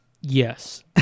Yes